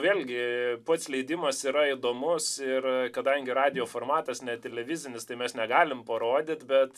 vėlgi pats leidimas yra įdomus ir kadangi radijo formatas ne televizinis tai mes negalim parodyt bet